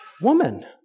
woman